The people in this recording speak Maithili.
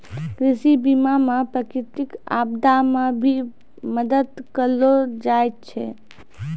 कृषि बीमा मे प्रकृतिक आपदा मे भी मदद करलो जाय छै